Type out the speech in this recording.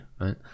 right